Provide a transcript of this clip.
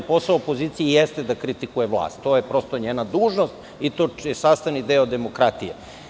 Posao opozicije jeste da kritikuje vlast, to je prosto njena dužnost i to je sastavni deo demokratije.